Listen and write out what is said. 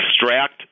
extract